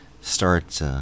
start